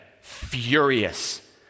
furious